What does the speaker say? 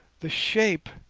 the shape